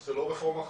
זה לא רפורמה חדשה.